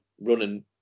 running